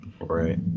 Right